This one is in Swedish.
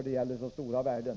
Det handlar ju om stora värden.